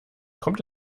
kommt